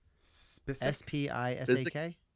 S-P-I-S-A-K